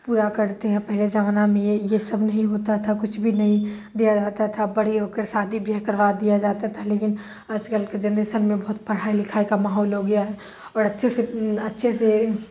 پورا کرتے ہیں پہلا زمانہ میں یہ یہ سب نہیں ہوتا تھا کچھ بھی نہیں دیا جاتا تھا بڑے ہو کر شادی بیاہ کروا دیا جاتا تھا لیکن آج کل کے جنریسن میں بہت پڑھائی لکھائی کا ماحول ہو گیا ہے اور اچھے سے اچھے سے